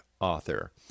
Author